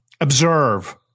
Observe